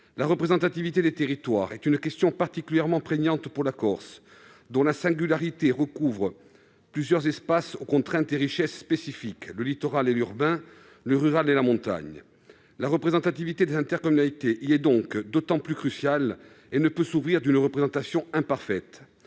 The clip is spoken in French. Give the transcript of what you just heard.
La représentativité des territoires est une question particulièrement prégnante pour la Corse, dont la singularité recouvre plusieurs espaces aux contraintes et richesses spécifiques : le littoral et l'urbain, le rural et la montagne. La représentativité des intercommunalités y est d'autant plus cruciale et ne saurait souffrir d'une représentation imparfaite.